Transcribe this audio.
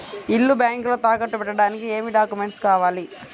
ఇల్లు బ్యాంకులో తాకట్టు పెట్టడానికి ఏమి డాక్యూమెంట్స్ కావాలి?